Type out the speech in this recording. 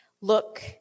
Look